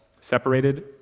separated